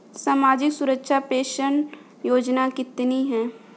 सामाजिक सुरक्षा पेंशन योजना कितनी हैं?